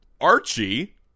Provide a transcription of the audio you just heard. Archie